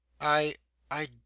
I—I